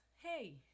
hey